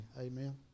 Amen